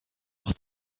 auch